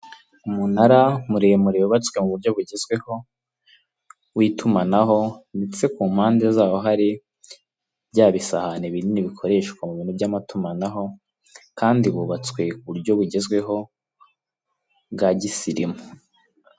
Umunara muremure wubatswe mu buryo bugezweho w'itumanaho ndetse ku mpande zaho hari bya bisahane binini bikoreshwa mu bintu by'amatumanaho kandi wubatswe ku buryo bugezweho bwa gisirimu.